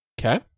Okay